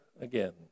again